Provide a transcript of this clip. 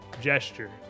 gesture